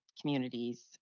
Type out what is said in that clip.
communities